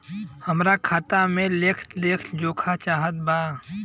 हमरा खाता के लेख जोखा चाहत बा?